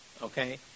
okay